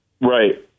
Right